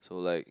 to like